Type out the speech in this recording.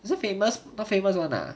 is it famous not famous [one] ah